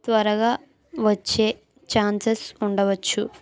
త్వరగా వచ్చే ఛాన్సెస్ ఉండవచ్చు